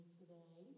today